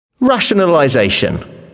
Rationalisation